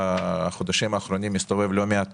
בחודשים האחרונים אני מסתובב לא מעט